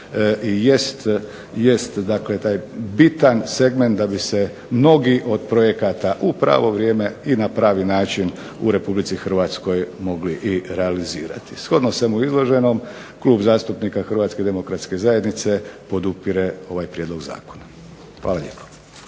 jest taj bitan segment da bi se mnogi od projekata u pravo vrijeme i na pravi način u RH mogli realizirati. Shodno svemu izloženom Klub zastupnika HDZ-a podupire ovaj prijedlog zakona. Hvala lijepo.